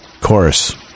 chorus